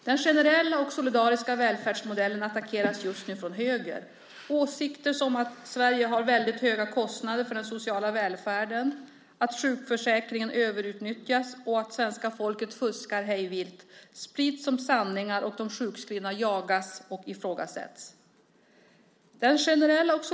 Den generella och solidariska välfärdsmodellen attackeras just nu från höger. Åsikter som att Sverige har väldigt höga kostnader för den sociala välfärden, att sjukförsäkringen överutnyttjas och att svenska folket fuskar hej vilt sprids som sanningar. De sjukskrivna jagas och ifrågasätts.